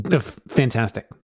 Fantastic